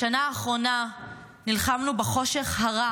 בשנה האחרונה נלחמנו בחושך הרע